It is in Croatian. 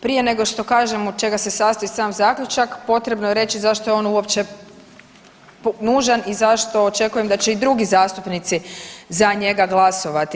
Prije nego što kažem od čega se sastoji sam zaključak potrebno je reći zašto je on uopće nužan i zašto očekujem da će i drugi zastupnici za njega glasovati.